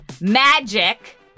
Magic